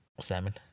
Salmon